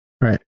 Right